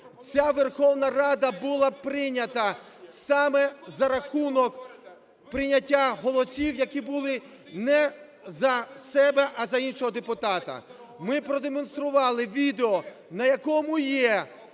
ця Верховна Рада… була прийнята саме за рахунок прийняття голосів, які були не за себе, а за іншого депутата. Ми продемонстрували відео, на якому